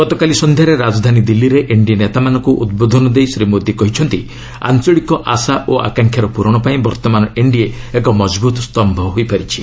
ଗତକାଲି ସନ୍ଧ୍ୟାରେ ରାଜଧାନୀ ଦିଲ୍ଲୀରେ ଏନ୍ଡିଏ ନେତାମାନଙ୍କୁ ଉଦ୍ବୋଧନ ଦେଇ ଶ୍ରୀ ମୋଦି କହିଛନ୍ତି ଆଞ୍ଚଳିକ ଆଶା ଓ ଆକାଂକ୍ଷାର ପ୍ରରଣ ପାଇଁ ବର୍ତ୍ତମାନ ଏନ୍ଡିଏ ଏକ ମଜବୃତ୍ ସ୍ତମ୍ଭ ହୋଇପାରିଛି